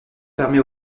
permet